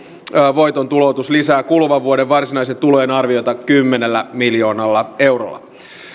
voiton tuloutus lisää kuluvan vuoden varsinaisten tulojen arviota kymmenellä miljoonalla eurolla